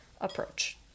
approach